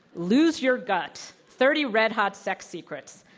lose your guts, thirty red hot sex secrets.